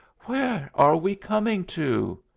where are we coming to?